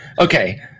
Okay